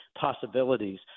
possibilities